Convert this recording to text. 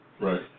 Right